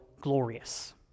glorious